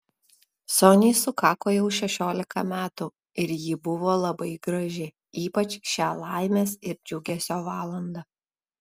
soniai sukako jau šešiolika metų ir ji buvo labai graži ypač šią laimės ir džiugesio valandą